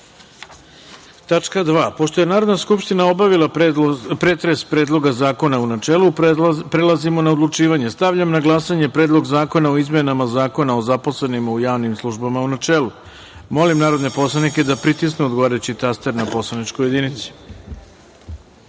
reda. Pošto je Narodna skupština obavila pretres Predloga zakona u načelu, prelazimo na odlučivanje. Stavljam na glasanje Predlog zakona o izmenama Zakona o zaposlenima u javnim službama, u načelu. Molim narodne poslanike da pritisnu odgovarajući taster na poslaničkoj